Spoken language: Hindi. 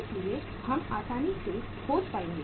इसलिए हम आसानी से खोज पाएंगे